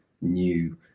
new